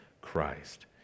Christ